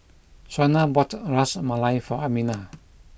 Shawna bought Ras Malai for Amina